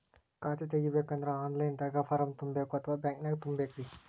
ಖಾತಾ ತೆಗಿಬೇಕಂದ್ರ online ದಾಗ ಫಾರಂ ತುಂಬೇಕೊ ಅಥವಾ ಬ್ಯಾಂಕನ್ಯಾಗ ತುಂಬ ಬೇಕ್ರಿ?